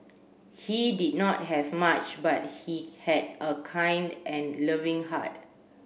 he did not have much but he had a kind and loving heart